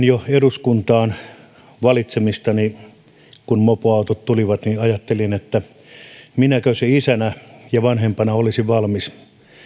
jo ennen eduskuntaan valitsemistani silloin kun mopoautot tulivat ajattelin että minäkö se isänä ja vanhempana olisin valmis